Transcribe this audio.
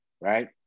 right